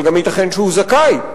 אבל ייתכן שהוא זכאי.